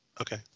Okay